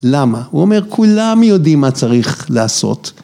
‫למה? הוא אומר, ‫כולם יודעים מה צריך לעשות.